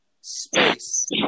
space